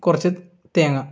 കുറച്ച് തേങ്ങ